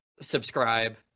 subscribe